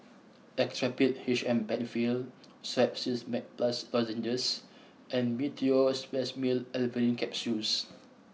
Actrapid H M Penfill Strepsils Max Plus Lozenges and Meteospasmyl Alverine Capsules